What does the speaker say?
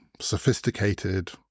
sophisticated